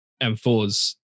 M4s